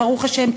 וברוך השם,